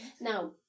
now